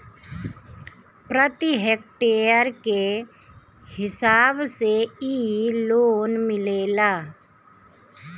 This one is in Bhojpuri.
प्रति हेक्टेयर के हिसाब से इ लोन मिलेला